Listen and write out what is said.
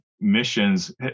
missions